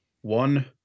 One